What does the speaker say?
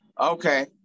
Okay